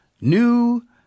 New